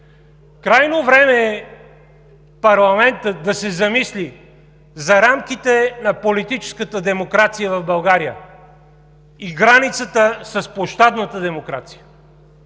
Крайно време е парламентът да се замисли за рамките на политическата демокрация в България и границата с площадната демокрация.